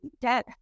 dead